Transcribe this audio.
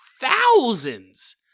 thousands